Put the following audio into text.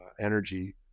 energy